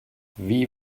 wie